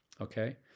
okay